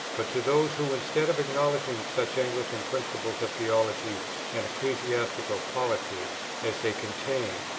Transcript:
but to those who, instead of acknowledging such anglican principles of theology and ecclesiastical polity as they contain,